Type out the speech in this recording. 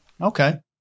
Okay